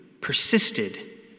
persisted